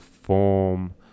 form